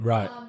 Right